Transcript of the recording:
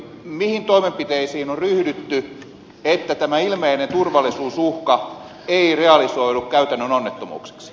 mihin toimenpiteisiin on ryhdytty että tämä ilmeinen turvallisuusuhka ei realisoidu käytännön onnettomuuksiksi